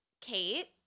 Kate